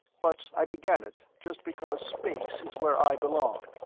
but i began it just because space is where i belong,